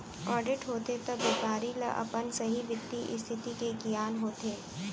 audit होथे त बेपारी ल अपन सहीं बित्तीय इस्थिति के गियान होथे